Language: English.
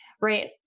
right